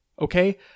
okay